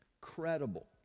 credible